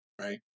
right